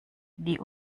die